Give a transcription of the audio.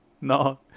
No